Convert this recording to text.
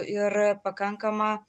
ir pakankamą